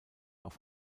auf